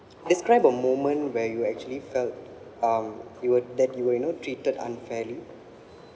describe a moment where you actually felt um you would that you were you know treated unfairly